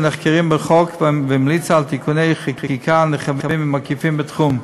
נחקרים בחוק והמליצה על תיקוני חקיקה נרחבים ומקיפים בתחום.